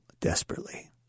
desperately